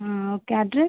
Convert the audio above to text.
ah okay address